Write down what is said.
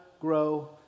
grow